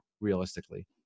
realistically